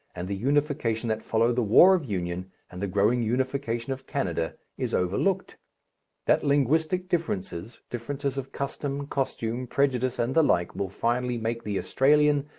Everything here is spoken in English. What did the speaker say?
and the unification that followed the war of union and the growing unification of canada is overlooked that linguistic differences, differences of custom, costume, prejudice, and the like, will finally make the australian,